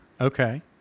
Okay